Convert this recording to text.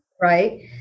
right